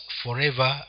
forever